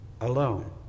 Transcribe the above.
alone